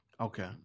Okay